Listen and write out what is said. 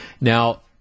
Now